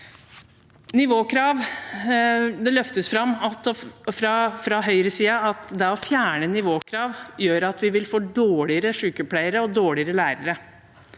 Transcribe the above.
Det løftes fram fra høyresiden at det å fjerne nivåkrav gjør at vi vil få dårligere sykepleiere og dårligere lærere.